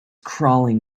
crawling